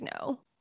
no